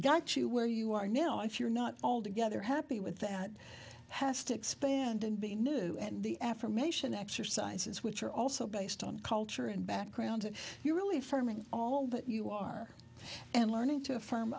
got you where you are now if you're not altogether happy with that has to expand and be new and the affirmation exercises which are also based on culture and background and you really firming all that you are and learning to affirm